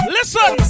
Listen